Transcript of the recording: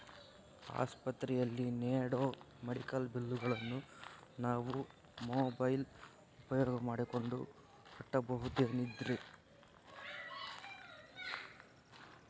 ಆಸ್ಪತ್ರೆಯಲ್ಲಿ ನೇಡೋ ಮೆಡಿಕಲ್ ಬಿಲ್ಲುಗಳನ್ನು ನಾವು ಮೋಬ್ಯೆಲ್ ಉಪಯೋಗ ಮಾಡಿಕೊಂಡು ಕಟ್ಟಬಹುದೇನ್ರಿ?